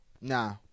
Nah